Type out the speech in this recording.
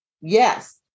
Yes